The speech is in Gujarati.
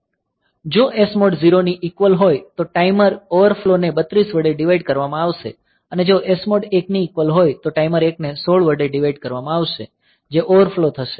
જો SMOD 0 ની ઈકવલ હોય તો ટાઈમર ઓવરફ્લો ને 32 વડે ડીવાઈડ કરવામાં આવશે અને જો SMOD 1 ની ઈકવલ હોય તો ટાઈમર 1 ને 16 વડે ડીવાઈડ કરવામાં આવશે જે ઓવરફ્લો થશે